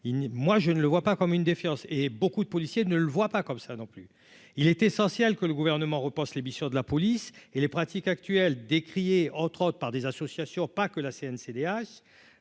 moi je ne le vois pas comme une défiance et beaucoup de policiers ne le voit pas comme ça non plus, il est essentiel que le gouvernement reporte les missions de la police et les pratiques actuelles décrié, entre autres, par des associations, pas que la Cncdh